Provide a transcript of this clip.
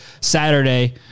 Saturday